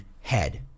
head